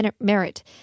merit